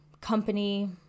company